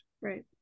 right